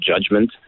judgment